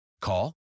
Call